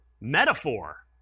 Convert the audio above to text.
Metaphor